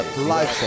life